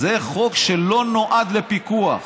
זה חוק שלא נועד לפיקוח.